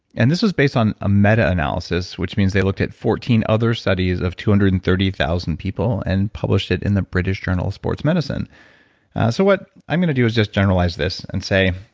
and this was based on a meta-analysis, which means they looked at fourteen other studies of two hundred and thirty thousand people and published it in the british journal of sports medicine so what i'm going to do is just generalize this and say,